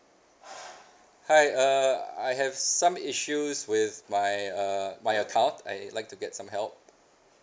hi uh I have some issues with my uh my account I like to get some help